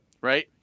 right